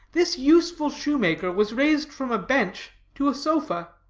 this useful shoemaker was raised from a bench to a sofa.